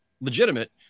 legitimate